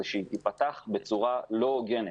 זה שהיא תיפתח בצורה לא הוגנת,